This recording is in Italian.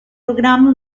programmi